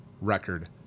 record